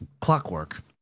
Clockwork